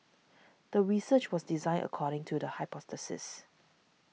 the research was designed according to the hypothesis